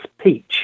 peach